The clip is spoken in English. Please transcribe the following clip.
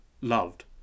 loved